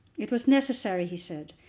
it was necessary, he said,